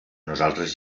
nosaltres